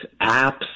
apps